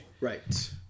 Right